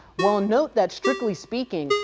well note that strictly speaking,